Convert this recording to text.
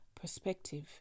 perspective